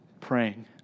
praying